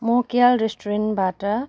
म केएल रेस्टुरेन्टबाट